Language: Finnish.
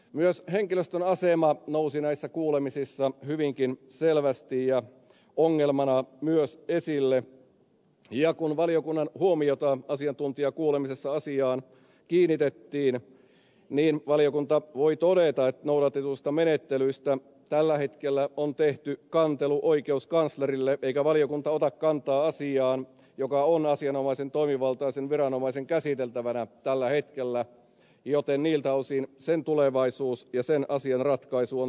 myös henkilöstön asema nousi näissä kuulemisissa hyvinkin selvästi ja ongelmana esille ja kun valiokunnan huomiota asiantuntijakuulemisessa asiaan kiinnitettiin niin valiokunta voi todeta että noudatetuista menettelyistä tällä hetkellä on tehty kantelu oikeuskanslerille eikä valiokunta ota kantaa asiaan joka on asianomaisen toimivaltaisen viranomaisen käsiteltävänä tällä hetkellä joten niiltä osin sen asian tulevaisuus ja ratkaisu on siellä